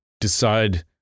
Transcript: decide